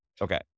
Okay